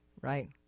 Right